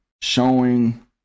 showing